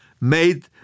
made